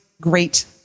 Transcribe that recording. great